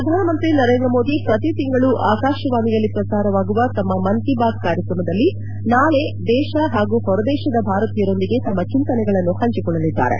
ಪ್ರಧಾನಮಂತ್ರಿ ನರೇಂದ್ರ ಮೋದಿ ಪ್ರತಿ ತಿಂಗಳು ಆಕಾಶವಾಣಿಯಲ್ಲಿ ಪ್ರಸಾರವಾಗುವ ಶಮ್ಮ ಮನ್ ಕೀ ಬಾತ್ ಕಾರ್ಯಕ್ರಮದಲ್ಲಿ ನಾಳೆ ದೇಶ ಪಾಗೂ ಹೊರದೇಶದ ಭಾರತೀಯರೊಂದಿಗೆ ತಮ್ಮ ಚಿಂತನೆಗಳನ್ನು ಪಂಚಿಕೊಳ್ಳಲಿದ್ದಾರೆ